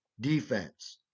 defense